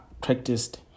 practiced